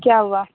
क्या हुआ